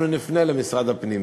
אנחנו נפנה למשרד הפנים